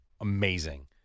amazing